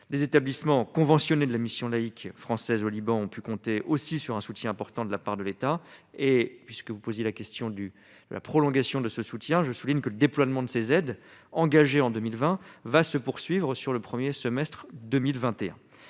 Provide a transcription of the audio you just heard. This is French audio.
des établissements conventionnés de la Mission laïque française au Liban ont pu compter aussi sur un soutien important de la part de l'État et puisque vous posiez la question du la prolongation de ce soutien, je souligne que le déploiement de ces aides, engagé en 2020, va se poursuivre sur le 1er semestre 2021